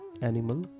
animal